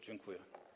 Dziękuję.